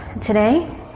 today